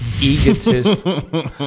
egotist